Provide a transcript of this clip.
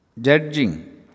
Judging